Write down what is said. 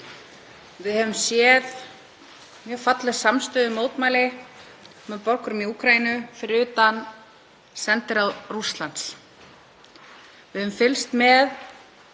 Við höfum séð mjög falleg samstöðumótmæli með borgurunum í Úkraínu fyrir utan sendiráð Rússlands. Við höfum fylgst með